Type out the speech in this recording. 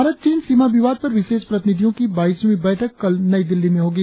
भारत चीन सीमा विवाद पर विशेष प्रतिनिधियों की बाईसवीं बैठक कल नई दिल्ली में होगी